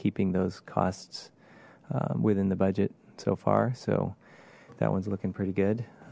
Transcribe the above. keeping those costs within the budget so far so that one's looking pretty good